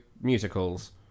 musicals